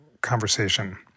conversation